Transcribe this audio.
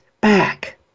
back